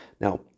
Now